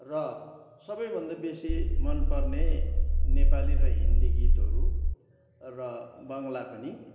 र सबैभन्दा बेसी मन पर्ने नेपाली र हिन्दी गीतहरू र बङ्ग्ला पनि